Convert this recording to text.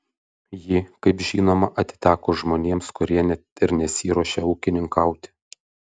ji kaip žinoma atiteko žmonėms kurie net ir nesiruošia ūkininkauti